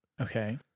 Okay